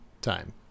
Time